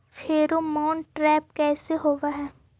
Pheromone trap कैसे होब हई?